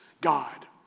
God